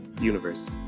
universe